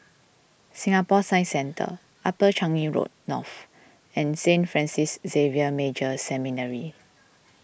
Singapore Science Centre Upper Changi Road North and Saint Francis Xavier Major Seminary